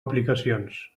aplicacions